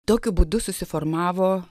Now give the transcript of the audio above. tokiu būdu susiformavo